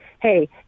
hey